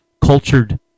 cultured